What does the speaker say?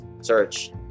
search